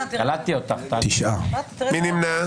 מי נמנע?